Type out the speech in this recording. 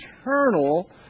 eternal